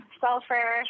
sulfur